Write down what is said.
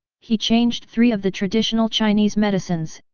he changed three of the traditional chinese medicines,